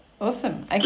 Awesome